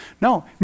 No